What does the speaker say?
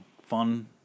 fun